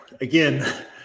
again